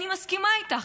אני מסכימה איתך,